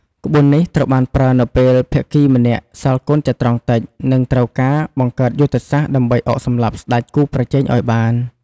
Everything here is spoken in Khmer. ក្បួននេះត្រូវបានប្រើនៅពេលភាគីម្នាក់សល់កូនចត្រង្គតិច និងត្រូវការបង្កើតយុទ្ធសាស្ត្រដើម្បីអុកសម្លាប់ស្ដេចគូប្រជែងឲ្យបាន។